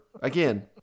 again